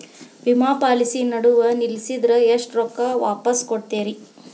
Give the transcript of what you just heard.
ವಿಮಾ ಪಾಲಿಸಿ ನಡುವ ನಿಲ್ಲಸಿದ್ರ ಎಷ್ಟ ರೊಕ್ಕ ವಾಪಸ್ ಕೊಡ್ತೇರಿ?